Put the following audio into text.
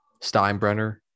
Steinbrenner